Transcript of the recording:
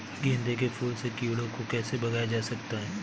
गेंदे के फूल से कीड़ों को कैसे भगाया जा सकता है?